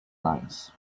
lines